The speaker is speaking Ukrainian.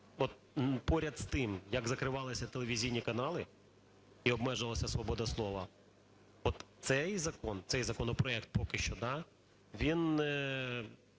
поряд з тим, як закривалися телевізійні канали і обмежувалась свобода слова, от цей закон, цей законопроект поки що він